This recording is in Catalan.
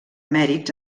mèrits